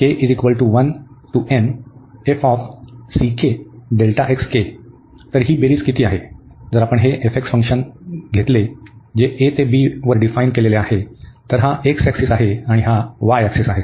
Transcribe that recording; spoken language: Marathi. तर ही बेरीज किती आहे जर आपण हे फंक्शन घेऊ जे a ते b डिफाईन केले तर हा x ऍक्सिस आहे आणि हा y ऍक्सिस आहे